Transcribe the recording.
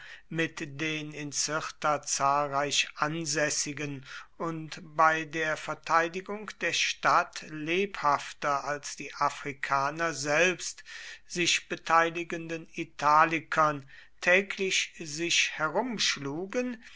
mit den in cirta zahlreich ansässigen und bei der verteidigung der stadt lebhafter als die afrikaner selbst sich beteiligenden italikern täglich sich